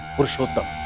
but shut up!